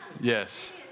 Yes